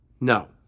No